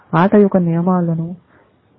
ఆట యొక్క నియమాలను మరచిపోయి మీరు చెట్టును గీయవచ్చు